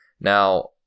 Now